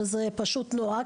שזה פשוט נורא,